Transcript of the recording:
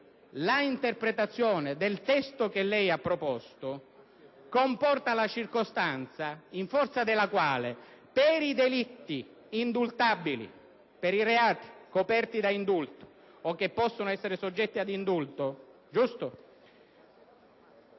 L'interpretazione del testo che lei ha proposto comporta la circostanza della durata ultrabiennale che, per i delitti indultabili e per i reati coperti da indulto o che possono essere soggetti ad indulto, riguarda